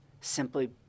simply